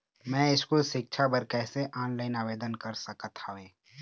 मैं स्कूल सिक्छा बर कैसे ऑनलाइन आवेदन कर सकत हावे?